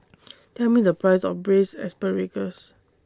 Tell Me The Price of Braised Asparagus